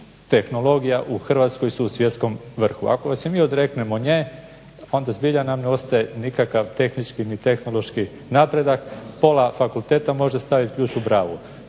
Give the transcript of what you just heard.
tehnologija u Hrvatskoj su u svjetskom vrhu. Ako se mi odreknemo nje, onda zbilja nam ne ostaje nikakav tehnički ni tehnološki napredak. Pola fakulteta može staviti ključ u bravu.